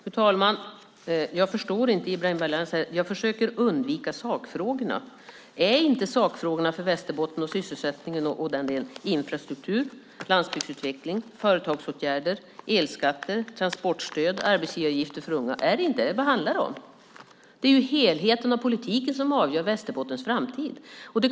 Fru talman! Jag förstår inte att Ibrahim Baylan säger att jag försöker undvika sakfrågorna. Är inte sakfrågorna för Västerbotten, sysselsättningen och den delen infrastruktur, landsbygdsutveckling, företagsåtgärder, elskatter, transportstöd och arbetsgivaravgifter för unga? Är det inte det? Vad handlar det om? Det är ju helheten av politiken som avgör Västerbottens framtid.